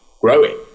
growing